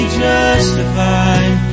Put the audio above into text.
justified